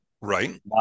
right